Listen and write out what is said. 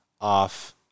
off